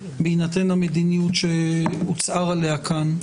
בהינתן המדיניות שהוצהר עליה כאן,